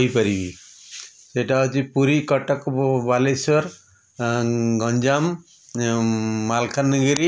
ଏହିପରି ଏଇଟା ହେଉଛି ପୁରୀ କଟକ ବାଲେଶ୍ୱର ଗଞ୍ଜାମ ମାଲକାନାଗିରି